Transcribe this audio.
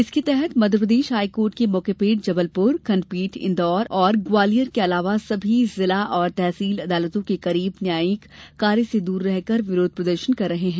इसके तहत मध्यप्रदेश हाईकोर्ट की मुख्यपीठ जबलपुर खंडपीठ इंदौर और ग्वालियर के अलावा सभी जिला और तहसील अदालतों के वकील न्यायिक कार्य से दूर रहकर विरोध प्रदर्शन कर रहे हैं